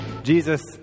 Jesus